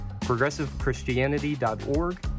ProgressiveChristianity.org